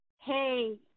hey